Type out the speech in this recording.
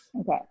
Okay